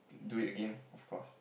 do it again of course